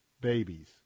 babies